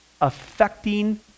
affecting